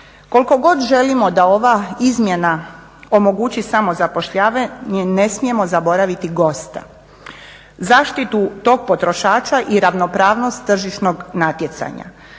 Koliko god želimo da ova izmjena omogući samozapošljavanje, ne smijemo zaboraviti gosta, zaštitu tog potrošača i ravnopravnost tržišnog natjecanja.